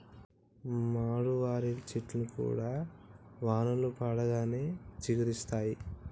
మోడువారిన చెట్లు కూడా వానలు పడంగానే చిగురిస్తయి